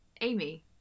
Amy